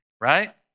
Right